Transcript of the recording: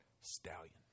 stallion